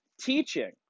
teaching